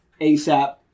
ASAP